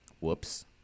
whoops